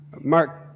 Mark